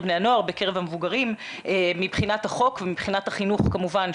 בני הנוער ובקרב המבוגרים מבחינת החוק ומבחינת החינוך כמובן,